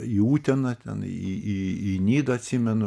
į uteną ten į į į nidą atsimenu